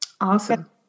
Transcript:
Awesome